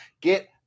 get